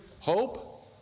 hope